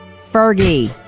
Fergie